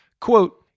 Quote